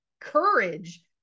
courage